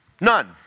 None